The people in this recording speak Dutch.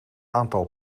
aantal